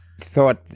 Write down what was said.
thought